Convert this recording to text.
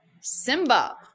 Simba